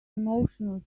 emotional